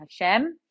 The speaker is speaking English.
Hashem